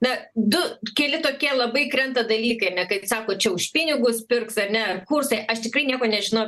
ne du keli tokie labai krenta dalykai ar ne kaip sako čia už pinigus pirks ar ne ar kursai aš tikrai nieko nežinau